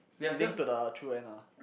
link to the true end ah